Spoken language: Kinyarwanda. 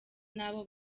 naba